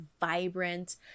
vibrant